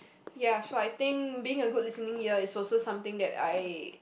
ya so I think being a good listening ear is also something that I